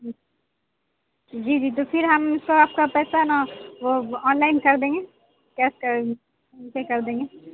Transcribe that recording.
جی جی تو پھر ہم سو آپ کا پیسہ نا وہ آن لائن کر دیں گے کیش کریں پے کر دیں گے